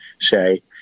say